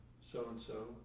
so-and-so